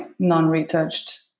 non-retouched